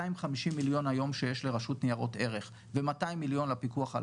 מיוני 2017 רשות שוק ההון היא גם מפקחת